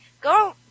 Go